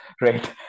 right